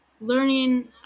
learning